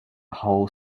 whole